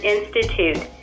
Institute